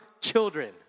children